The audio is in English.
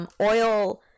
Oil